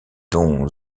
dont